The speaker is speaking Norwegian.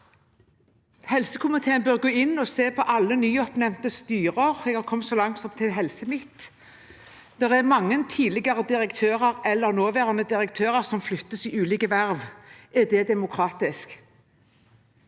Helsekomiteen bør gå inn og se på alle nyoppnevnte styrer. Jeg har kommet så langt som til Helse Midt-Norge. Det er mange tidligere direktører, eller nåværende direktører, som flyttes til ulike verv. Er det demokratisk?